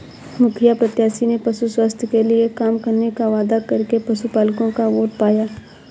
मुखिया प्रत्याशी ने पशु स्वास्थ्य के लिए काम करने का वादा करके पशुपलकों का वोट पाया